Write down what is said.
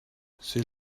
c’est